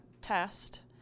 test